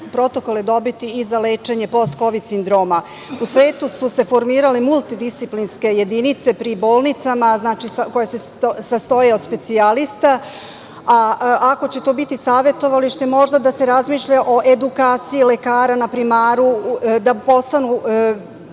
protokole dobiti i za lečenje postkovid sindroma.U svetu su se formirale multidisciplinske jedinice pri bolnicama koje se sastoje od specijalista. Ako će to biti savetovalište, možda da se razmišlja o edukaciji lekara, da postanu